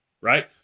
right